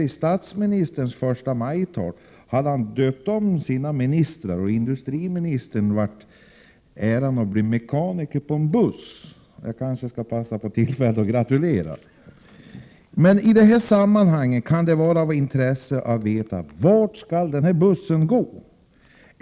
I sitt förstamajtal hade statsministern döpt om sina ministrar. Industriministern hade fått äran att bli mekaniker på en buss. Jag skall passa på tillfället att gratulera honom. Det skulle vara intressant att veta vart den här bussen går.